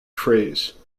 phrase